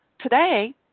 today